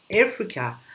Africa